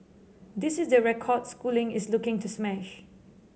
this is the record schooling is looking to smash